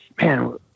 man